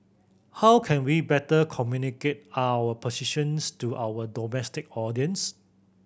how can we better communicate our positions to our domestic audience